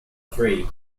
three